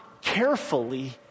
carefully